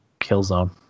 Killzone